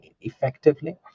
effectively